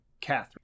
Catherine